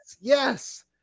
yes